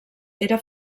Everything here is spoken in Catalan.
era